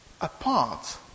apart